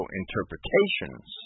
interpretations